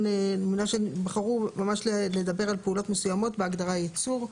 יצרן כן ממש הם בחרו לדבר על פעולות מסוימות בהגדרה ייצור.